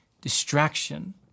Distraction